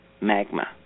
magma